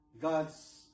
God's